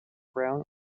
brown